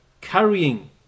carrying